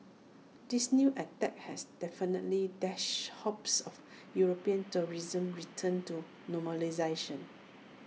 this new attack has definitely dashed hopes of european tourism's return to normalisation